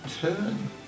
turn